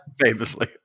Famously